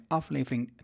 aflevering